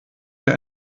hier